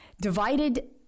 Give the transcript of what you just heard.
divided